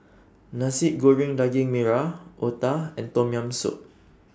Nasi Goreng Daging Merah Otah and Tom Yam Soup